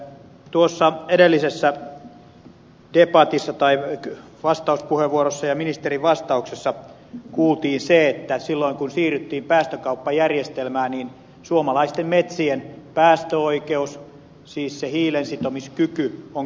tuossa edellisessä debatissa tai vastauspuheenvuorossa ja ministerin vastauksessa kuultiin se että silloin kun siirryttiin päästökauppajärjestelmään suomalaisten metsien päästöoikeus siis se hiilensitomiskyky on kansallistettu